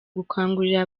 gukangurira